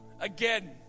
again